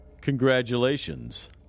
Congratulations